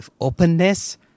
openness